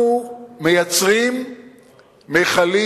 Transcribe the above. אנחנו מייצרים מכלים